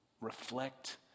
reflect